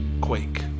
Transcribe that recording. Quake